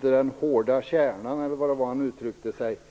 den hårda kärnan - eller hur det var han uttryckte sig - i Folkpartiet.